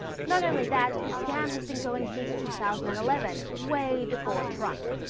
not only that the scam has been going since two thousand and eleven, way before trump.